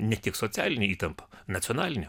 ne tik socialinė įtampa nacionalinė